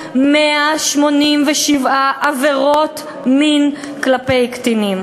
2,187 עבירות מין הן כלפי קטינים.